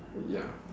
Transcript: ya